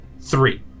three